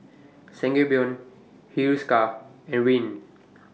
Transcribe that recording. Sangobion Hiruscar and Rene